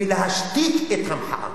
ולהשתיק את המחאה